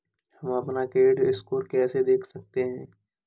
हम अपना credit score कैसे देख सकते हैं?